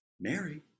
Mary